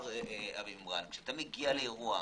כשאתה מגיע לאירוע,